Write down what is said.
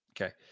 Okay